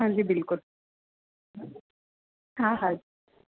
हांजी बिल्कुलु हा हा